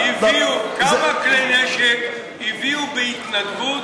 כמה כלי נשק הביאו בהתנדבות,